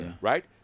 right